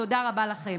תודה רבה לכם.